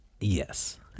Yes